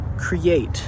create